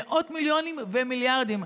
מאות מיליונים ומיליארדים.